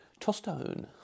tostone